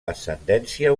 ascendència